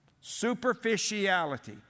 Superficiality